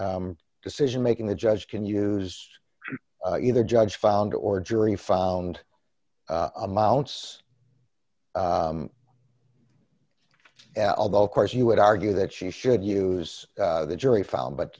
decision making the judge can use either judge found or jury found amounts although of course you would argue that she should use the jury found but